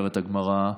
אומרת הגמרא,